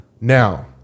Now